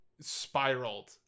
spiraled